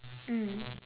mm